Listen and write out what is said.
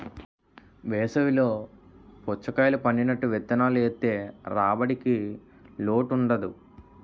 వేసవి లో పుచ్చకాయలు పండినట్టు విత్తనాలు ఏత్తె రాబడికి లోటుండదు